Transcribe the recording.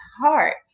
heart